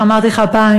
איך אמרתי לך פעם?